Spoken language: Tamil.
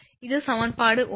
இது சமன்பாடு 1